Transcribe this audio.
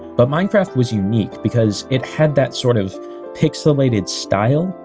but minecraft was unique because it had that sort of pixelated style,